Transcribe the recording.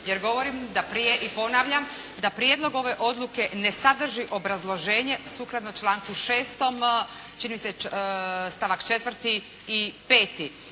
Jer govorim da prije i ponavljam da prijedlog ove odluke ne sadrži obrazloženje sukladno članku 6. čini mi se stavak 4. i 5.